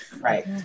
Right